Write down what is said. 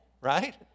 right